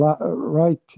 right